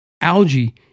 algae